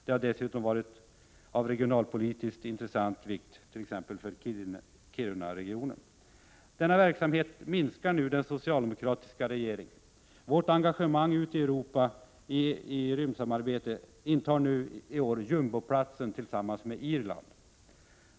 Det har dessutom varit av regionalpolitisk vikt, t.ex. för Kiruna. Den socialdemokratiska regeringen minskar nu denna verksamhet. Vårt engagemang ute i Europa inom rymdsamarbetet intar nu jumboplats tillsammans med Irlands.